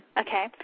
Okay